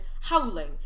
howling